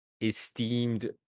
esteemed